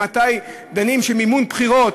ממתי דנים במימון בחירות